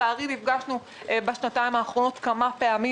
שלצערי נפגשנו בשנתיים האחרונות כמה פעמים.